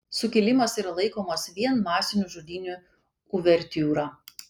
sukilimas yra laikomas vien masinių žudynių uvertiūra